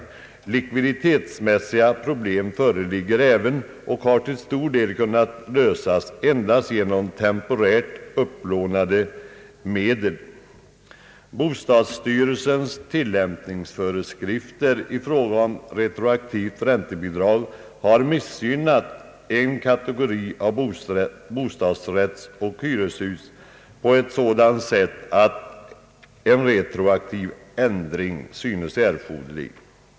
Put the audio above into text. Även likviditetsmässiga problem föreligger och har till stor del kunnat lösas endast genom temporärt upplånade medel. Bostadsstyrelsens = tillämpningsföreskrifter i fråga om retroaktivt räntebidrag har missgynnat en kategori av bostadsrättsoch hyreshus på ett sådant sätt att en retroaktiv ändring synes erforderlig.